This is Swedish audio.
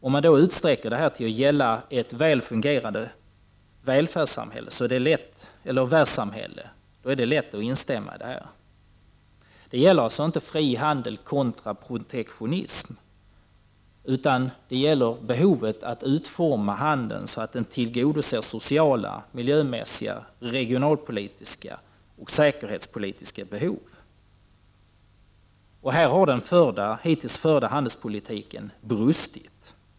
Om man då utsträcker detta till att gälla ett väl fungerande välfärdssamhälle, är det lätt att instämma. Det gäller alltså inte fri handel kontra protektionism, utan det gäller behovet av att utforma handeln så att den tillgodoser sociala, miljömässiga, regionalpolitiska och säkerhetspolitiska behov. Här har den hittills förda handelspolitiken brustit.